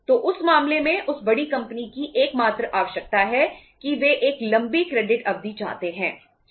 तो उस मामले में उस बड़ी कंपनी की एकमात्र आवश्यकता है कि वे एक लंबी क्रेडिट अवधि चाहते हैं